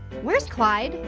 where's clyde?